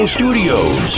Studios